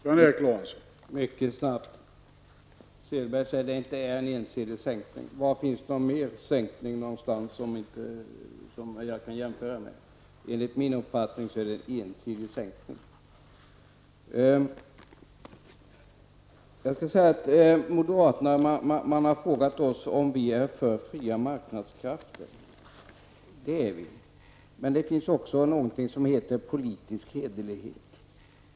Herr talman! Mycket snabbt: Åke Selberg säger att det inte är en ensidig sänkning. Var finns den ensidiga sänkning som vi skall jämföra med? Enligt min uppfattning är det är en ensidig sänkning. Man har frågat oss moderater om vi är för fria marknadskrafter. Det är vi. Men det finns någonting som heter politisk hederlighet.